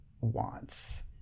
wants